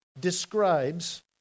describes